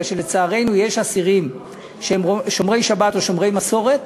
כי לצערנו יש אסירים שהם שומרי שבת או שומרי מסורת,